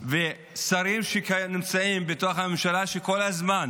ושרים שנמצאים בתוך הממשלה, שכל הזמן